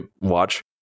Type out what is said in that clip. watch